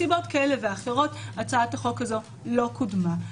מסיבות כאלה ואחרות הצעת החוק הזו לא קודמה.